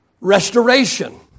Restoration